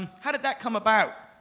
how did that come about?